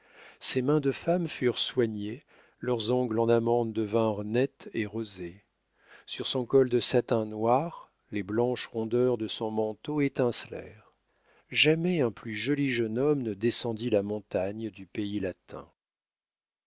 ses mains de femme furent soignées leurs ongles en amande devinrent nets et rosés sur son col de satin noir les blanches rondeurs de son menton étincelèrent jamais un plus joli jeune homme ne descendit la montagne du pays